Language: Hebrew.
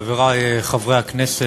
חברי חברי הכנסת,